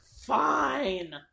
Fine